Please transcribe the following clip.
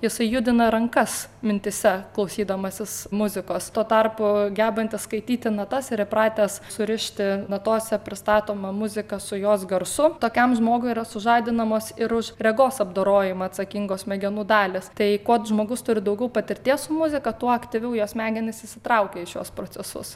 jisai judina rankas mintyse klausydamasis muzikos tuo tarpu gebantis skaityti natas ir įpratęs surišti natose pristatomą muziką su jos garsų tokiam žmogui yra sužadinamos ir už regos apdorojimą atsakingos smegenų dalys tai kuo žmogus turi daugiau patirties su muzika tuo aktyviau jo smegenys įsitraukia į šiuos procesus